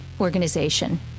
organization